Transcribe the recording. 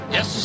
Yes